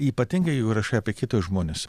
ypatingai jeigu rašai apie kitus žmones